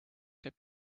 käib